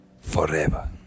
forever